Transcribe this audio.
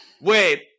Wait